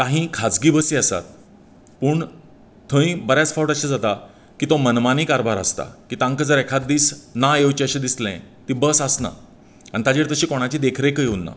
काही खाजगी बसी आसात पूण थंय बऱ्याच फावट अशें जाता की तो मनमानी कारभार आसता कि तांकां जर एकाद दीस ना येवचेशें दिसलें ती बस आसना आनी ताजेर तशीं कोणाची देखरेखय उरना